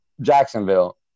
jacksonville